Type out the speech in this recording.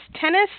tennis